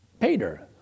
Peter